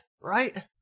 right